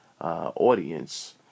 audience